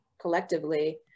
collectively